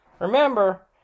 Remember